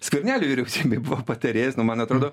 skvernelio vyriausybei buvau patarėjas nu man atrodo